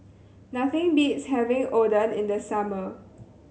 nothing beats having Oden in the summer